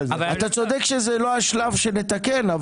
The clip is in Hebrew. אתה צודק שזה לא השלב לתקן את זה,